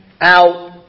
out